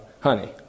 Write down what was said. honey